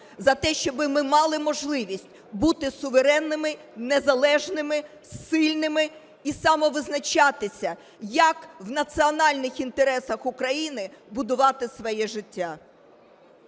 за те, щоб ми мали можливість бути суверенними, незалежними, сильними і самовизначатися, як в національних інтересах України будувати своє життя.